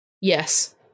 Yes